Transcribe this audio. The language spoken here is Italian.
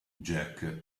jack